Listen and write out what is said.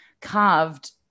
carved